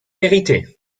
vérité